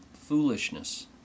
foolishness